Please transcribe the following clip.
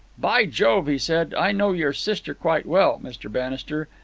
by jove! he said. i know your sister quite well, mr. bannister.